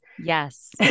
Yes